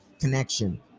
connection